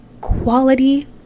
quality